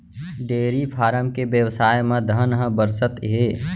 dairy farm के बेवसाय म धन ह बरसत हे